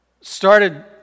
Started